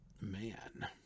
man